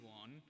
one